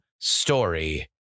story